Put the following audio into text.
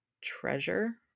Treasure